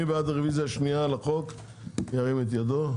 מי בעד הרוויזיה השנייה ירים את ידו?